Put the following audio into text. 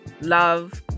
love